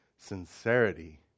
sincerity